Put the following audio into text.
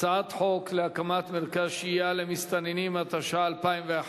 הצעת חוק להקמת מרכז שהייה למסתננים, התשע"א 2011,